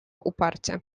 uparcie